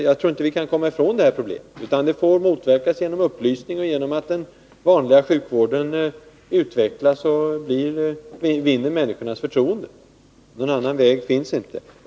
Jag tror inte att vi kan komma ifrån det här problemet, utan det får motverkas genom upplysning och genom att den vanliga sjukvården utvecklas och vinner människornas förtroende. Någon annan väg finns inte.